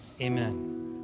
amen